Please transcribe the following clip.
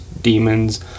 demons